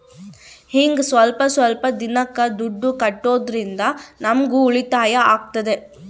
ಹಿಂಗ ಸ್ವಲ್ಪ ಸ್ವಲ್ಪ ದಿನಕ್ಕ ದುಡ್ಡು ಕಟ್ಟೋದ್ರಿಂದ ನಮ್ಗೂ ಉಳಿತಾಯ ಆಗ್ತದೆ